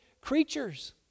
creatures